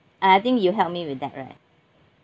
uh I think you help me with that right